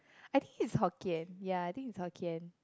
I think is Hokkien ya I think is Hokkien